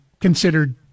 considered